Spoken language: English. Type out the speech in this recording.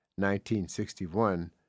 1961